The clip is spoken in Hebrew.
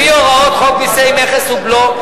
לפי הוראות חוק מסי מכס ובלו,